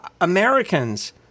Americans